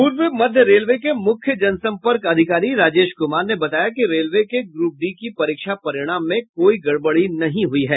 पूर्व मध्य रेलवे के मुख्य जनसम्पर्क अधिकारी राजेश कुमार ने बताया कि रेलवे के ग्रूप डी की परीक्षा परिणाम में कोई गड़बड़ी नहीं हुई है